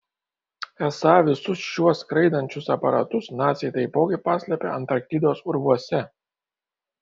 esą visus šiuos skraidančius aparatus naciai taipogi paslėpė antarktidos urvuose